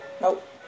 nope